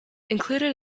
included